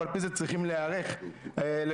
ועל-פי זה צריכים להיערך לתקציב,